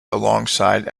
alongside